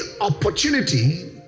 opportunity